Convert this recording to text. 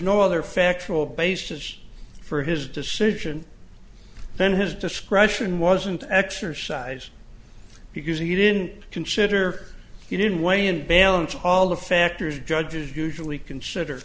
no other factual basis for his decision then his discretion wasn't exercised because he didn't consider he didn't weigh and balance all the factors judges usually consider